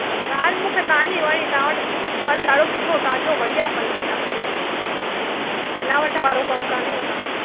हा ॻाल्हि मूंखे तव्हांजी वणी तव्हां वटि फल ॾाढो सुठो ताज़ो बढ़िया फल था रखो मिलावट वारो कमु कोन्हे तव्हांजो